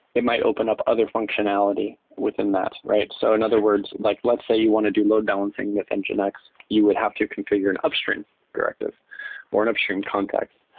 it might open up other functionality within that, right? so in other words, like let's say you want to do load balancing with and nginx, you would have to configure an upstream directive or an upstream context,